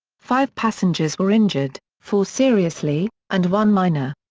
five passengers were injured four seriously, and one minor.